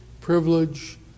privilege